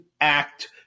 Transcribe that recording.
act